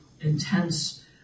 intense